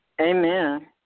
Amen